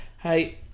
hey